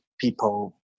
people